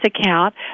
account